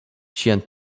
ĝian